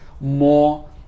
more